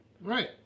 Right